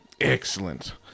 Excellent